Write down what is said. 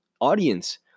audience